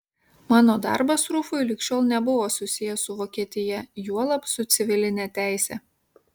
mano darbas rufui lig šiol nebuvo susijęs su vokietija juolab su civiline teise